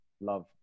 love